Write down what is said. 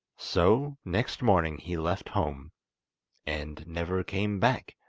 so next morning he left home and never came back!